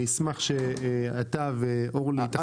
אני אשמח שאתה ואורלי תחתמו עליה.